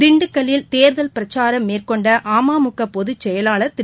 திண்டுக்கல்லில் தேர்தல் பிரச்சாரம் மேற்கொண்டஅமமகபொதுச் செயலாளர் திரு